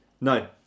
No